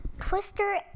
Twister